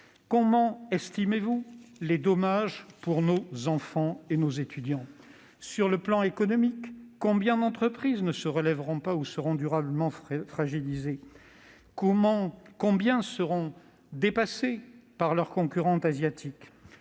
comment estimez-vous les dommages pour nos enfants et nos étudiants ? Sur le plan économique, combien d'entreprises ne se relèveront pas ou seront durablement fragilisées ? Combien seront dépassées par leurs concurrentes asiatiques ?